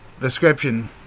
description